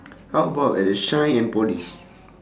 how about at the shine and polish